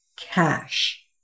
cash